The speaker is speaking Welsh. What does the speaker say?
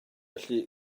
felly